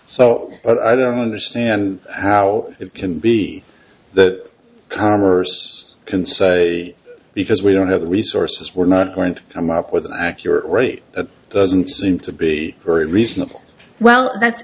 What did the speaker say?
so i don't understand how it can be that commerce can say because we don't have the resources we're not going to come up with an accurate rate that doesn't seem to be very reasonable well that's